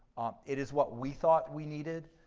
it is what we thought we needed